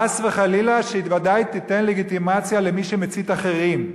חס וחלילה היא ודאי תיתן לגיטימציה למי שמצית אחרים,